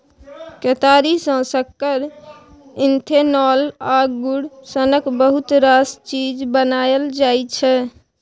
केतारी सँ सक्कर, इथेनॉल आ गुड़ सनक बहुत रास चीज बनाएल जाइ छै